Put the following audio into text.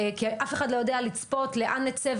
כי אף אחד לא יודע לצפות לאן נצא,